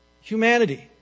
humanity